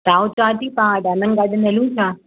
त चवां थी त डायमंड गार्डनि हलूं था